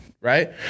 right